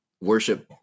worship